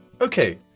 Okay